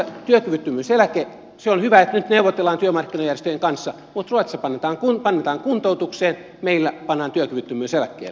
on hyvä että nyt neuvotellaan työmarkkinajärjestöjen kanssa mutta ruotsissa painotetaan kuntoutukseen meillä pannaan työkyvyttömyyseläkkeelle